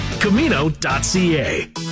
Camino.ca